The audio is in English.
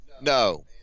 No